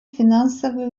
финансовые